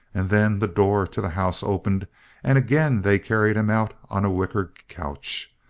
and then the door to the house opened and again they carried him out on a wicker couch,